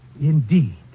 Indeed